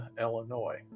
Illinois